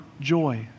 joy